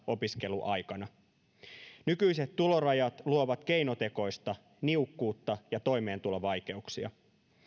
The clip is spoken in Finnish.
opiskeluaikana nykyiset tulorajat luovat keinotekoista niukkuutta ja toimeentulovaikeuksia